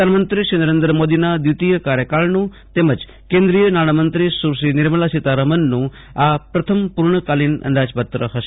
પ્રધાનમંત્રી શ્રી નરેન્દ્ર મોદીના દ્વિતીય કાર્યકાળનું તેમજ કેન્દ્રીય નાણામંત્રી સુશ્રી નિર્મલા સીતારામનનું આ પ્રથમ પૂર્ણકાલીન અંદાજપત્ર છે